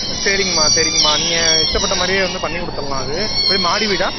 சரிங்கம்மா சரிங்கம்மா நீங்கள் இஷ்டப்பட்ட மாதிரியே வந்து பண்ணிக் கொடுத்தட்லாம் அது என்ன மாடி வீடா